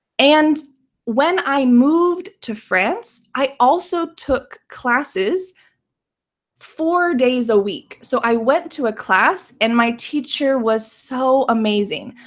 and when i moved to france, i also took classes four days a week. so i went to a class, and my teacher was so amazing.